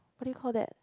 what do you call that